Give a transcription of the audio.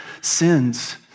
sins